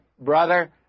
brother